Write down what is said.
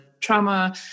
trauma